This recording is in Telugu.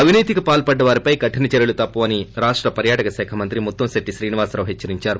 అవినీతికి పాల్సడిన వారిపై కఠిన చర్యలు తప్పవని రాష్ట పర్యాటక శాఖ మంత్రి ముత్తంశిట్లే శ్రీనివాస్ హెచ్చరించారు